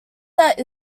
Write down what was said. that